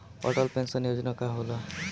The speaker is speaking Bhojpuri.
अटल पैंसन योजना का होला?